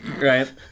right